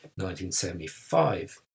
1975